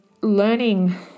learning